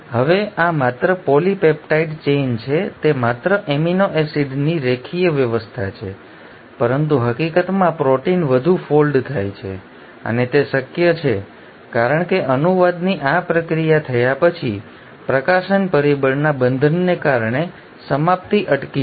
હવે આ માત્ર પોલિપેપ્ટાઇડ ચેઇન છે તે માત્ર એમિનો એસિડની રેખીય વ્યવસ્થા છે પરંતુ હકીકતમાં પ્રોટીન વધુ ફોલ્ડ થાય છે અને તે શક્ય છે કારણ કે અનુવાદની આ પ્રક્રિયા થયા પછી પ્રકાશન પરિબળના બંધનને કારણે સમાપ્તિ અટકી જશે